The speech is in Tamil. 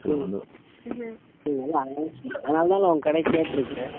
ம் அதனால் அதனால்தாங்க உங்கள் கடையை கேட்டிருக்கு